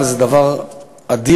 זה דבר אדיר.